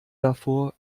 davor